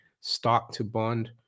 stock-to-bond